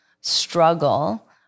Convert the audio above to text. struggle